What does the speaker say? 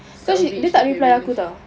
salvage dia punya relatio~